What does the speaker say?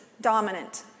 dominant